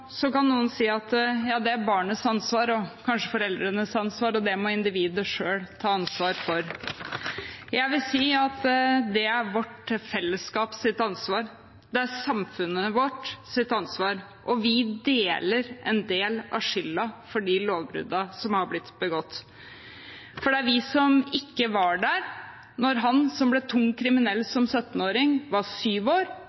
kan noen si at det er barnets ansvar og kanskje foreldrenes ansvar, og det må individet selv ta ansvar for. Jeg vil si at det er vårt fellesskaps ansvar. Det er samfunnet vårt sitt ansvar. Og vi deler en del av skylden for de lovbruddene som har blitt begått. For det er vi som ikke var der da han som ble tungt kriminell som 17-åring, var 7 år,